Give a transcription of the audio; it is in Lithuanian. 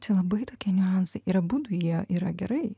čia labai tokie niuansai ir abudu jie yra gerai